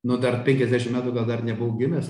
nu dar penkiasdešim metų gal dar nebuvau gimęs